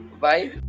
bye